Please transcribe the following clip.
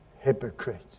hypocrite